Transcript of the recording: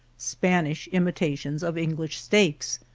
spanish imitations of english steaks,